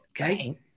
Okay